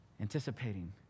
anticipating